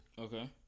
Okay